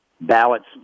Ballots